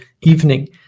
evening